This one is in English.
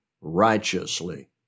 righteously